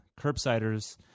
curbsiders